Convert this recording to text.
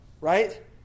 right